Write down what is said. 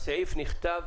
בסעיף נכתב: